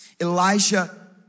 Elijah